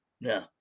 no